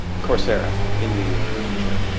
coursera, in the future,